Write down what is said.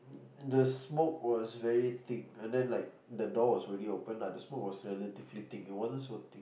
the smoke was very thick and then like the door was already open lah the smoke was relatively thick it wasn't so thick